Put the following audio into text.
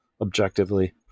objectively